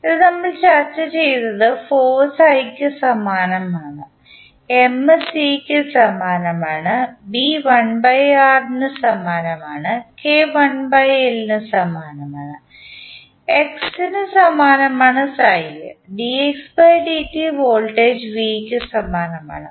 ഇത് നമ്മൾ ചർച്ചചെയ്തത് ഫോഴ്സ് i ക്ക് സമാനമാണ് M C ക്ക് സമാനമാണ് B 1 R ക്ക് സമാനമാണ് K 1 L ക്ക് സമാനമാണ് x ന് സമാനമാണ് dx dt വോൾട്ടേജ് V ക്ക് സമാനമാണ്